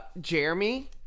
Jeremy